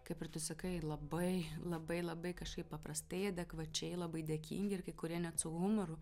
kaip ir tu sakai labai labai labai kažkaip paprastai adekvačiai labai dėkingi ir kai kurie net su humoru